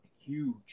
huge